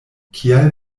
kial